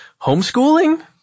Homeschooling